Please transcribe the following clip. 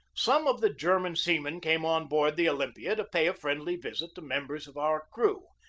some of the german seamen came on board the olympia to pay a friendly visit to members of our crew.